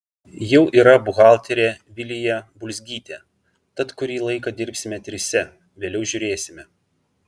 jau yra buhalterė vilija bulzgytė tad kurį laiką dirbsime trise vėliau žiūrėsime